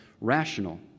rational